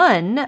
One